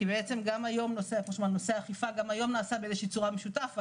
כי בעצם כמו שאמרנו גם היום נושא האכיפה נעשה באיזושהי צורה במשותף.